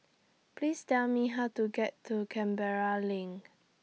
Please Tell Me How to get to Canberra LINK